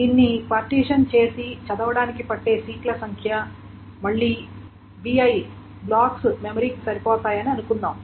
దీన్ని పార్టిషన్ చేసి చదవడానికి పట్టే సీక్ ల సంఖ్య మళ్ళీ bb బ్లాక్స్ మెమరీ కు సరిపోతాయని అనుకుందాం